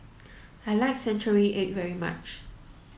I like century egg very much